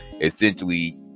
essentially